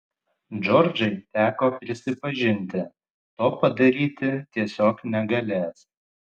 džordžai teko prisipažinti to padaryti tiesiog negalės